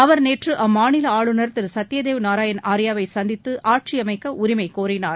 அவர் நேற்று அம்மாநில ஆளுநர் திரு சத்யதியோ நரேன் ஆர்யாவை சந்தித்து ஆட்சி அமைக்க உரிமை கோரினார்